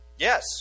Yes